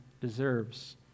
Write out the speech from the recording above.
deserves